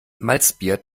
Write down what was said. malzbier